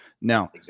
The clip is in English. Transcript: now